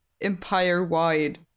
empire-wide